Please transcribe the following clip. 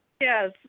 Yes